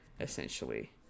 essentially